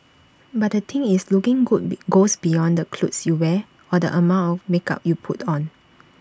but the thing is looking good be goes beyond the clothes you wear or the amount of makeup you put on